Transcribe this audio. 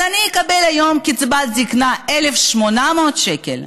אז אני אקבל היום קצבת זקנה 1,800 שקל,